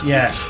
Yes